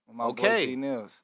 Okay